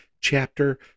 chapter